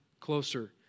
closer